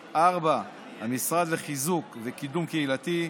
4. המשרד לחיזוק וקידום קהילתי,